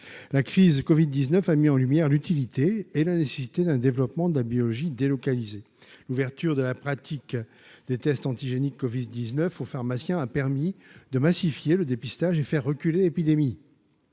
la crise Covid 19 a mis en lumière l'utilité et la nécessité d'un développement de la biologie délocaliser l'ouverture de la pratique des tests antigéniques Covid 19 au pharmacien a permis de massifier le dépistage et faire reculer épidémie